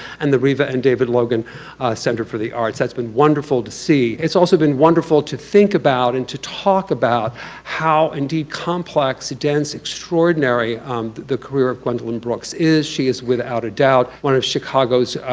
and the reva and david logan center for the arts. that's been wonderful to see. it's also been wonderful to think about and to talk about how, indeed, complex, dense, extraordinary the career of gwendolyn brooks is. she is without a doubt one of chicago's,